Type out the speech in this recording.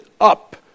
up